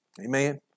Amen